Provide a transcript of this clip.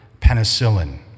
penicillin